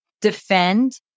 defend